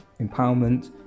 empowerment